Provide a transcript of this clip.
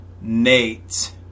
nate